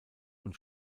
und